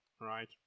right